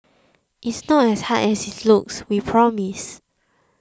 it's not as hard as it looks we promise